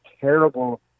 terrible